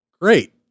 Great